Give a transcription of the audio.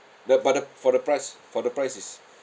the but the for the price for the price is